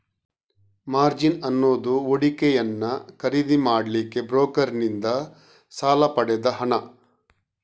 margin ಅನ್ನುದು ಹೂಡಿಕೆಯನ್ನ ಖರೀದಿ ಮಾಡ್ಲಿಕ್ಕೆ ಬ್ರೋಕರನ್ನಿಂದ ಸಾಲ ಪಡೆದ ಹಣ